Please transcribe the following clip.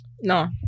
No